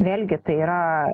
vėlgi tai yra